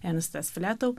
enestas fletou